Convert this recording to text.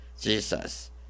jesus